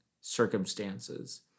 circumstances